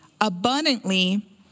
abundantly